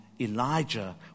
Elijah